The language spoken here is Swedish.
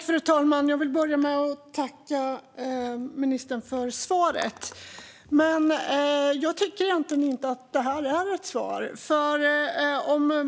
Fru talman! Jag vill börja med att tacka ministern för svaret, men jag tycker egentligen inte att detta är ett svar.